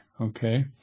okay